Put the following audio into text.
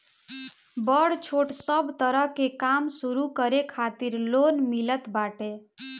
बड़ छोट सब तरह के काम शुरू करे खातिर लोन मिलत बाटे